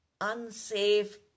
unsafe